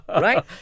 Right